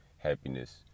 happiness